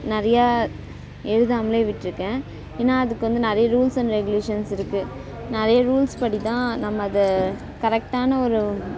நிறைய எழுதாமலே விட்டிருக்கேன் ஏன்னா அதுக்கு வந்து நிறைய ரூல்ஸ் அண்ட் ரெகுலேஷன்ஸ் இருக்கு நிறைய ரூல்ஸ் படி தான் நம்ம அதை கரெக்டான ஒரு